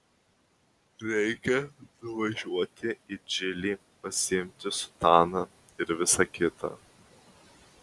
reikia nuvažiuoti į džilį pasiimti sutaną ir visa kita